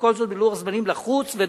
וכל זאת בלוח זמנים לחוץ ודוחק.